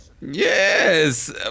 yes